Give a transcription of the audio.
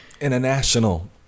international